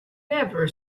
never